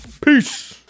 Peace